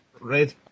Red